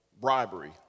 bribery